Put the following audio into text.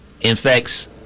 infects